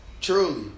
Truly